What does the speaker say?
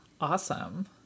Awesome